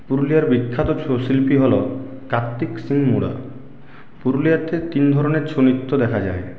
পুরুলিয়ার বিখ্যাত ছৌ শিল্পী হল কার্তিক শিমুরা পুরুলিয়াতে তিন ধরনের ছৌ নৃত্য দেখা যায়